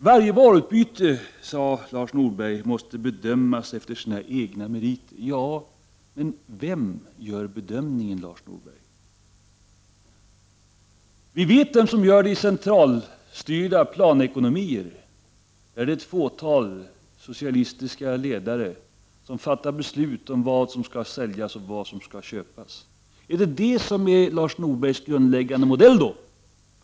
Varje varuutbyte måste bedömas efter sina egna meriter, sade Lars Norberg. Ja, men vem gör den bedömningen? Vi vet vem som gör den i centralstyrda planekonomier. Där är det ett fåtal socialistiska ledare som fattar beslut om vad som skall säljas och vad som skall köpas. Är det det som är Lars Norbergs grundläggande modell?